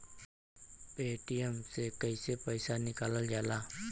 Paytm से कैसे पैसा निकलल जाला?